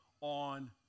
on